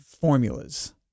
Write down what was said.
formulas